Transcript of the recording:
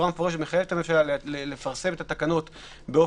מחייב את הממשלה לפרסם את התקנות באופן